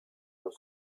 dans